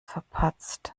verpatzt